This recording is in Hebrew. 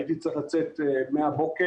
הייתי צריך לצאת בבוקר,